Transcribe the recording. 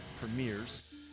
premieres